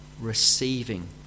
receiving